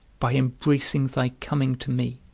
by embracing thy coming to me,